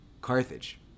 Carthage